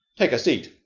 take a seat,